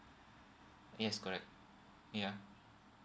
yes correct yeah